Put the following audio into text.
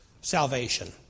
salvation